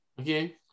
okay